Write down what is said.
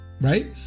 right